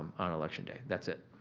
on election day, that's it.